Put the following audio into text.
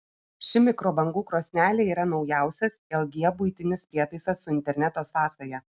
ši mikrobangų krosnelė yra naujausias lg buitinis prietaisas su interneto sąsaja